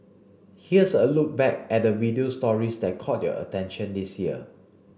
here's a look back at the video stories that caught your attention this year